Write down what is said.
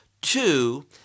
two